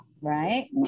Right